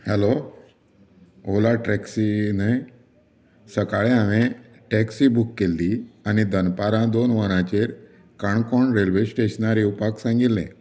hello Ola taxi न्हय सकाळी हांवें टॅक्सी बुक केल्ली आनी दनपारां दोन वरांचेर काणकोण रेल्वे स्टेशनार येवपाक सांगिल्ले